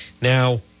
now